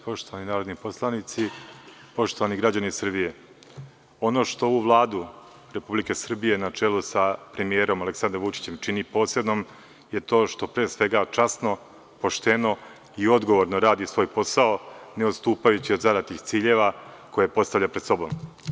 Poštovani narodni poslanici, poštovani građani Srbije, ono što ovu Vladu Republike Srbijek, na čelu sa premijerom Aleksandrom Vučićem, čini posebnom je to što pre svega časno, pošteno i odgovorno radi svoj posao, ne odstupajući od zadatih ciljeva koje postavlja pred sobom.